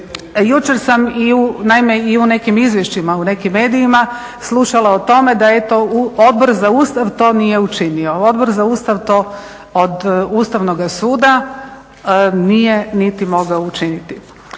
u, naime i u nekim izvješćima u nekim medijima slušala o tome da eto Odbor za Ustav to nije učinio. Odbor za Ustav to od Ustavnoga suda nije niti mogao učiniti.